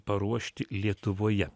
paruošti lietuvoje